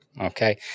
Okay